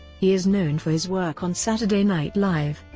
he is known for his work on saturday night live,